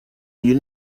you